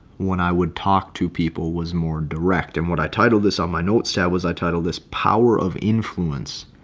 when i would talk to people was more direct and what i titled this on my notes that was i titled this power of influence,